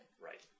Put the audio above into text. Right